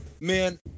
man